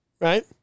right